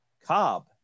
Cobb